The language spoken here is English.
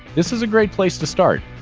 this is a great place to start.